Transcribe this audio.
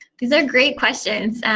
these are great questions,